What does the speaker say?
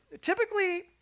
typically